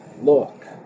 look